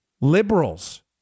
Liberals